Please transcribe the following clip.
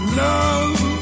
love